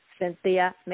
Cynthia